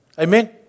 Amen